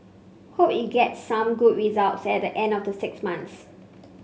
hope it gets some good result set the end of the six months